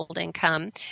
income